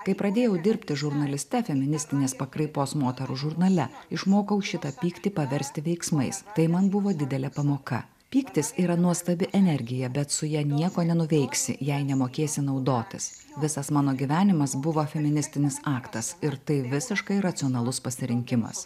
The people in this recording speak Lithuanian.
kai pradėjau dirbti žurnaliste feministinės pakraipos moterų žurnale išmokau šitą pyktį paversti veiksmais tai man buvo didelė pamoka pyktis yra nuostabi energija bet su ja nieko nenuveiksi jei nemokėsi naudotis visas mano gyvenimas buvo feministinis aktas ir tai visiškai racionalus pasirinkimas